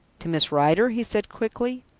to miss rider? he said quickly.